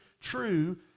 true